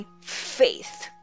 Faith